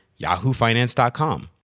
yahoofinance.com